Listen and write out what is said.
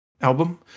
Album